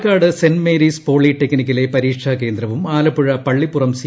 Palakkad Saint Mary's പോളിടെക്നിക്കിലെ പരീക്ഷാകേന്ദ്രവും Alappuzha Pallippuram C